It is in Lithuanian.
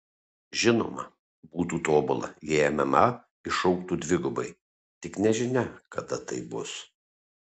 žinoma būtų tobula jei mma išaugtų dvigubai tik nežinia kada tai bus